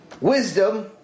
wisdom